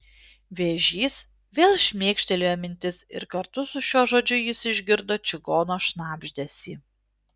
vėžys vėl šmėkštelėjo mintis ir kartu su šiuo žodžiu jis išgirdo čigono šnabždesį